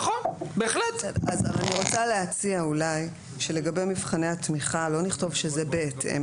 אני רוצה להציע אולי שלגבי מבחני התמיכה לא נכתוב שזה בהתאם